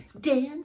dance